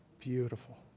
beautiful